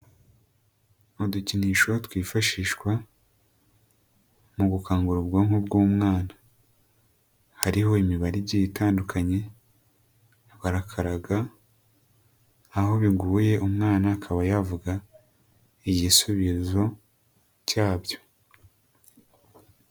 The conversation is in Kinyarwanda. Udukinisho twifashishwa mu gukangura ubwonko bw'umwana hariho imibare igiye itandukanye barakaraga aho biguye umwana akaba yavuga igisubizo cyabyo.